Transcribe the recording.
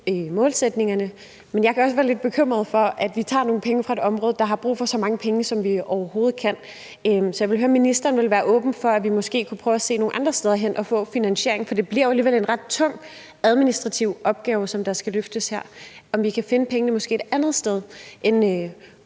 side kan jeg også være lidt bekymret for, at vi tager nogle penge fra et område, der har brug for så mange penge, som vi overhovedet kan give. Så jeg vil høre, om ministeren vil være åben for, at vi måske kan prøve at se nogle andre steder hen for at finde finansiering, for det bliver jo alligevel en ret tung administrativ opgave, der skal løftes her. Vi kan måske finde pengene et andet sted end